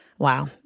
Wow